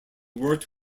worked